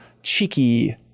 cheeky